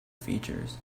features